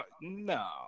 no